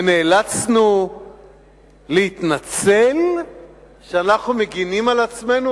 ונאלצנו להתנצל שאנחנו מגינים על עצמנו?